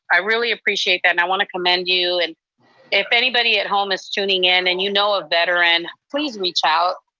i really appreciate that. and i want to commend you. and if anybody at home is tuning in and you know a veteran, please reach out.